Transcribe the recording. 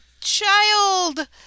Child